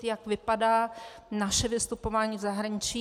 Jak vypadá naše vystupování v zahraničí?